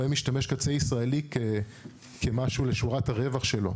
משתמש קצה ישראלי כמשהו לשורת הרווח שלו.